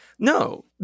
No